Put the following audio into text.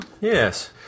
Yes